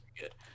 good